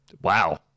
Wow